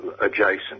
adjacent